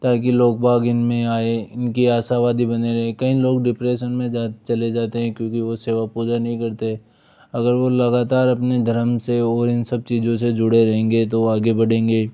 ताकि लोग बाग इनमें आएं इनकी आशावादी बने रहें कई लोग डिप्रेशन में जा चले जाते हैं क्योंकि वो सेवा पूजा नहीं करते अगर वो लगातार अपने धर्म से और इन सब चीज़ों से जुड़े रहेंगे तो आगे बढ़ेंगे